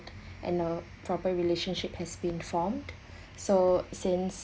and a proper relationship has been formed so since